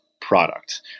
product